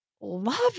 Love